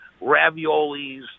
Raviolis